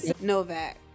Novak